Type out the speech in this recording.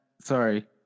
Sorry